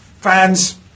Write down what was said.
fans